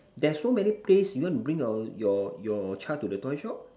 there's so many place you want to bring your your your child to the toy shop